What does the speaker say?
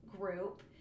group